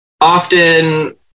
often